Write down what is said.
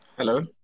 Hello